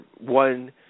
one